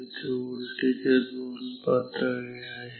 इथे व्होल्टेज च्या दोन पातळ्या आहेत